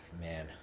man